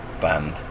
band